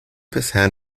bisher